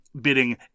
bidding